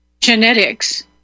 genetics